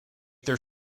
their